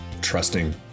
trusting